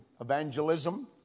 evangelism